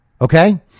Okay